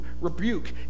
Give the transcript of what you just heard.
rebuke